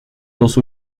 dos